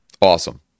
Awesome